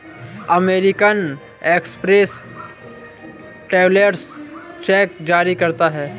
American Express travellers cheque जारी करता है